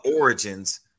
origins